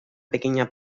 pequeña